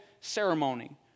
ceremony